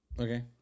Okay